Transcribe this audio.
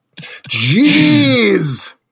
Jeez